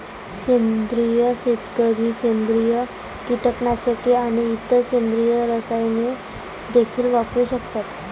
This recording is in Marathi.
सेंद्रिय शेतकरी सेंद्रिय कीटकनाशके आणि इतर सेंद्रिय रसायने देखील वापरू शकतात